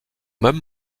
même